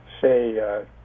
say